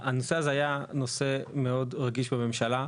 הנושא הזה היה נושא מאוד רגיש בממשלה.